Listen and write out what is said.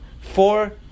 four